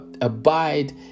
abide